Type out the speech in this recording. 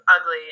ugly